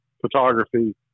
photography